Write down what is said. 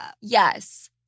Yes